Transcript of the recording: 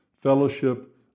Fellowship